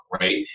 right